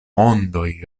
ondoj